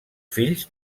fills